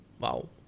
Wow